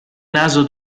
naso